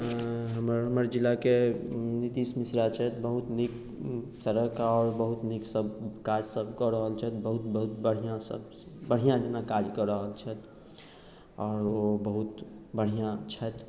हमर हमर जिलाके नीतिश मिश्रा छथि बहुत नीक सड़क आओर बहुत नीक सब काज सब कऽ रहल छथि बहुत बहुत बढ़िआँ सब बढ़िआँ जेना कऽ रहल छथि आओर ओ बहुत बढ़िआँ छथि